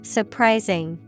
Surprising